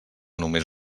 només